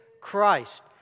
Christ